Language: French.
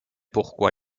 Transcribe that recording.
pourquoi